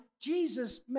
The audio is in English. Jesus